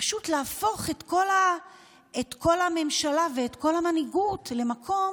פשוט להפוך את כל הממשלה ואת כל המנהיגות למקום